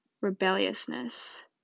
rebelliousness